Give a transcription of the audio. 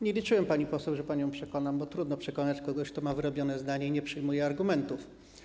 Nie liczyłem, pani poseł, że panią przekonam, bo trudno przekonać kogoś, kto ma wyrobione zdanie i nie przyjmuje argumentów.